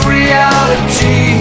reality